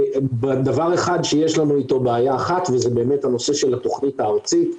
דבר אחד שיש לנו איתו בעיה אחד זה באמת הנושא של התוכנית הארצית,